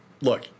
look